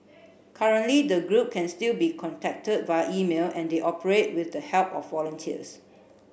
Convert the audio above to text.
currently the group can still be contacted via email and they operate with the help of volunteers